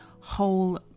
whole